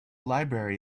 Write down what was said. library